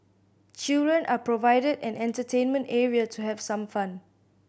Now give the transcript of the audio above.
children are provided an entertainment area to have some fun